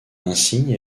insigne